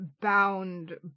bound